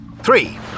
three